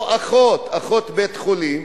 או אחות בית-חולים,